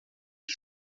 que